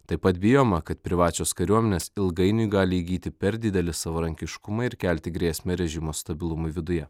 taip pat bijoma kad privačios kariuomenės ilgainiui gali įgyti per didelį savarankiškumą ir kelti grėsmę režimo stabilumui viduje